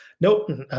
No